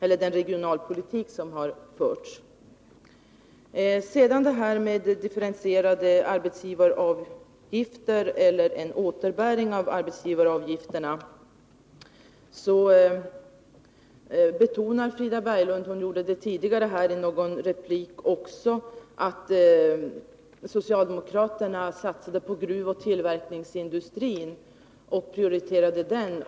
När det gäller frågan om differentierade arbetsgivaravgifter eller en återbäring av arbetsgivaravgifterna betonade Frida Berglund nu—hon gjorde det också tidigare i någon replik — att socialdemokraterna prioriterar gruvoch tillverkningsindustrin och satsar på den.